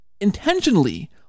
intentionally